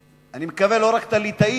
אני מקווה לא רק את הליטאים,